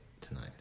Tonight